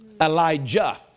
Elijah